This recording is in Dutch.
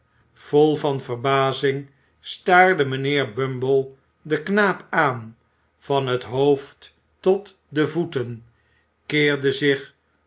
vol van verbazing staarde mijnheer bumble den knaap aan van het hoofd tot de voeten keerde zich